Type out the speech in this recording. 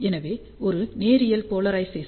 எனவே ஒரு நேரியல் போலரைசேசன் உள்ளது